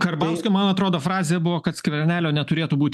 karbauskio man atrodo frazė buvo kad skvernelio neturėtų būt